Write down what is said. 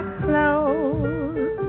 clothes